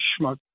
schmuck